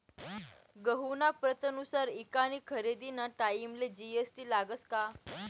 गहूना प्रतनुसार ईकानी खरेदीना टाईमले जी.एस.टी लागस का?